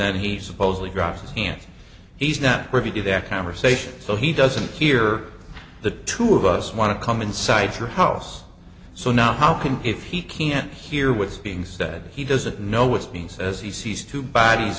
then he supposedly grabs his hand he's not privy to that conversation so he doesn't hear the two of us want to come inside your house so not how can if he can't hear was being said he doesn't know what's peace as he sees two bodies